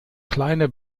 kleine